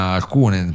alcune